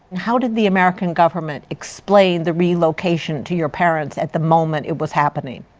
how did the american government explain the relocation to your parents at the moment it was happening?